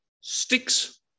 sticks